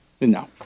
No